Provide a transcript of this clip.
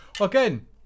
Again